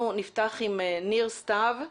אנחנו נפתח עם ניר סתיו,